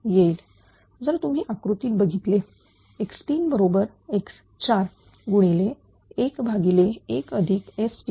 जर तुम्ही आकृतीत बघितले x3 बरोबरx4 गुणिले 11STt